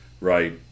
Right